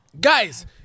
guys